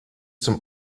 zum